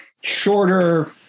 shorter